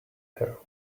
here